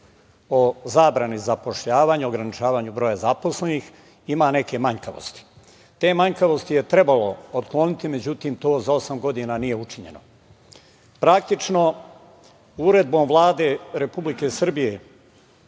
o zabrani zapošljavanja, ograničavanju broja zaposlenih ima neke manjkavosti. Te manjkavosti je trebalo otkloniti. Međutim, to za osam godina nije učinjeno. Praktično, Uredbom Vlade Republike Srbije